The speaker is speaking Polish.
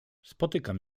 spotykam